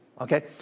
Okay